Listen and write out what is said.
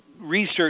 research